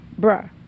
bruh